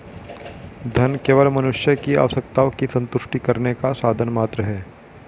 धन केवल मनुष्य की आवश्यकताओं की संतुष्टि करने का साधन मात्र है